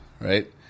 right